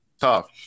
Tough